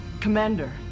commander